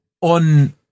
on